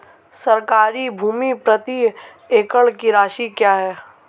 सरकारी भूमि प्रति एकड़ की राशि क्या है?